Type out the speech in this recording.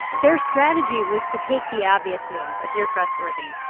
their strategy was to take the obvious move, appear trustworthy,